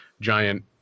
giant